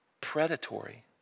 predatory